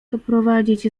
doprowadzić